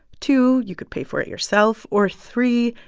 two, you could pay for it yourself. or three,